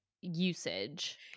usage